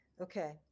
Okay